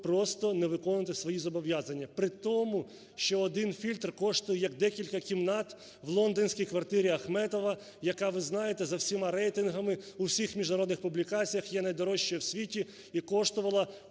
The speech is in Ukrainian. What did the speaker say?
просто не виконувати свої зобов'язання. При тому, що один фільтр коштує як декілька кімнат в лондонській квартирі Ахметова, яка, ви знаєте, за всіма рейтингами у всіх міжнародних публікаціях є найдорожчою в світі і коштувала